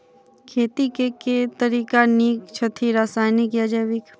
खेती केँ के तरीका नीक छथि, रासायनिक या जैविक?